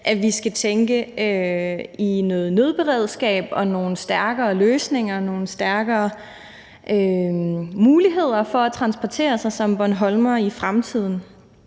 at vi skal tænke i noget nødberedskab og nogle stærkere løsninger og nogle stærkere muligheder for at transportere sig som bornholmer i fremtiden.